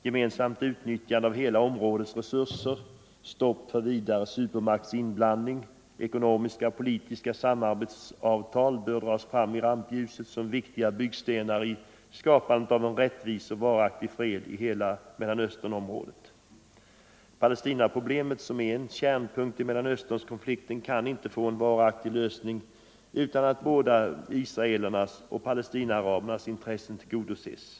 Gemensamt utnyttjande av hela områdets resurser, stopp för vidare supermaktsinblandning, ekonomiska och politiska sam arbetsavtal bör dras fram i rampljuset som viktiga byggstenar i skapandet — Nr 127 problemet, som är en kärnpunkt i Mellanösternkonflikten, kan inte få 22 november 1974 en varaktig lösning utan att både israelerna och palestinaarabernas in tressen tillgodoses. Ang.